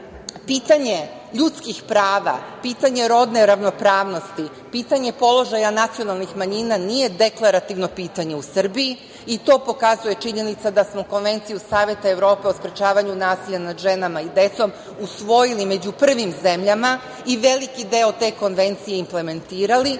krizom. Pitanje ljudskih prava, pitanje rodne ravnopravnosti, pitanje položaja nacionalnih manjina nije deklarativno pitanje u Srbiji. To pokazuje činjenica da smo Konvenciju Saveta Evrope o sprečavanju nasilja nad ženama i decom usvojili među prvim zemljama i veliki deo te Konvencije implementirali. Mi